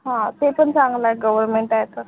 हां ते पण चांगलं आहे गवरमेंट आहे तर